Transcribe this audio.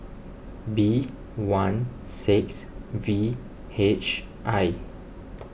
B one six V H I